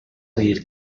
dir